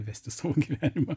vesti savo gyvenimą